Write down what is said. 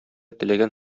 теләгән